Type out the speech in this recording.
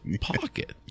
pocket